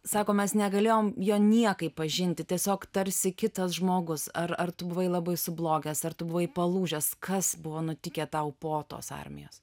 sako mes negalėjom jo niekaip pažinti tiesiog tarsi kitas žmogus ar ar tu buvai labai sublogęs ar tu buvai palūžęs kas buvo nutikę tau po tos armijos